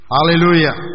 Hallelujah